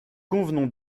convenons